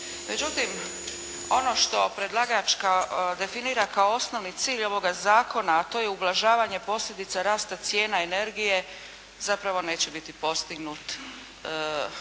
Međutim ono što predlagač definira kao osnovni cilj ovoga zakona a to je ublažavanje posljedica rasta cijena energije zapravo neće biti postignut